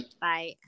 Bye